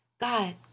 God